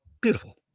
Beautiful